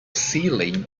sealing